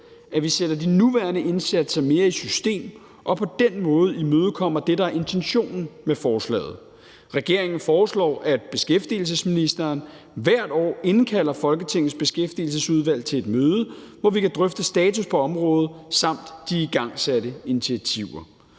at vi sætter de nuværende indsatser mere i system og på den måde imødekommer det, der er intentionen med forslaget. Regeringen foreslår, at beskæftigelsesministeren hvert år indkalder Beskæftigelsesudvalget til et møde, hvor vi kan drøfte status på området samt de igangsatte initiativer.